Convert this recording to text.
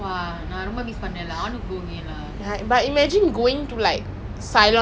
ya I mean like I'm actually not that scared lah but ya